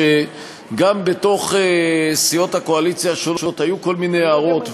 שגם בתוך סיעות הקואליציה השונות היו כל מיני הערות,